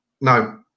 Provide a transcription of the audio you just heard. No